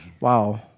Wow